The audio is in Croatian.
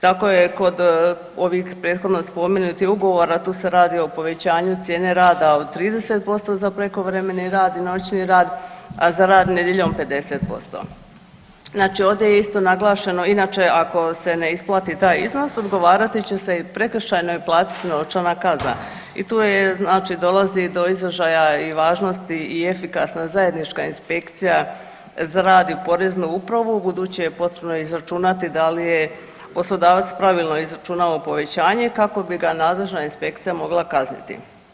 Tako je kod ovih prethodno spomenutih ugovora tu se radi o povećanju cijene rada od 30% za prekovremeni rad i noćni rad, a za rad nedjeljom 50%. znači ovdje je isto naglašeno inače ako se ne isplati taj iznos odgovarati će se i prekršajno i platiti novčana kazna i tu dolazi do izražaja i važnost i efikasna zajednička inspekcija za rad i Poreznu upravu budući je potrebno izračunati da li je poslodavac pravilno izračunao povećanje kako bi ga nadležna inspekcija mogla kazniti.